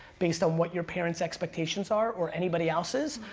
based on what your parents expectations are, or anybody else's,